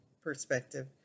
perspective